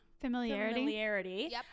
Familiarity